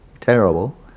terrible